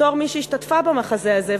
בתור מי שהשתתפה במחזה הזה,